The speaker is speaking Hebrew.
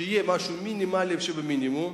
שיהיה משהו של מינימום שבמינימום,